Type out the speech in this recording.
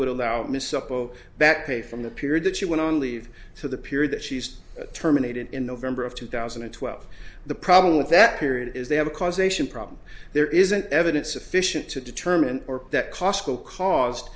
would allow misako back pay from the period that she went on leave to the period that she's terminated in november of two thousand and twelve the problem with that period is they have a causation problem there isn't evidence sufficient to determine that cosco caused